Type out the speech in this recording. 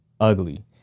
ugly